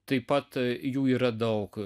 taip pat jų yra daug